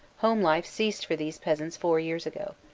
home life ceased for these peasants four y'ears ago.